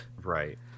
Right